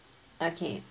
okay